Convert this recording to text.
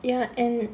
ya and